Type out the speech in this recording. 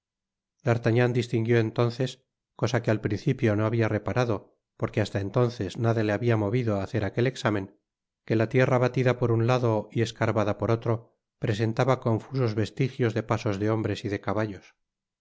distinguió entonces cosa que al principio no habia reparado porque hasta entonces nada le habia movido á hacer aquel exámen que la tierra batida por un lado y escarbada por otro presentaba confusos vestigios de pasos de hombres y de caballos